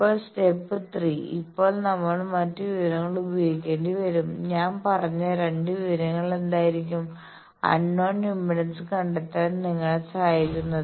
ഇപ്പോൾ സ്റ്റെപ് 3 ഇപ്പോൾ നമ്മൾ മറ്റ് വിവരങ്ങൾ ഉപയോഗിക്കേണ്ടി വരും ഞാൻ പറഞ്ഞ 2 വിവരങ്ങൾ എന്തായിരുന്നു അൺനോൺ ഇംപെഡൻസ് കണ്ടെത്താൻ നിങ്ങളെ സഹായിക്കുന്നത്